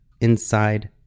inside